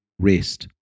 rest